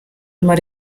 immer